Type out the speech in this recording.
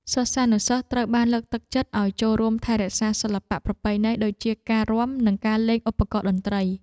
សិស្សានុសិស្សត្រូវបានលើកទឹកចិត្តឱ្យចូលរួមថែរក្សាសិល្បៈប្រពៃណីដូចជាការរាំនិងការលេងឧបករណ៍តន្ត្រី។